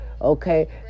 Okay